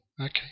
Okay